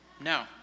No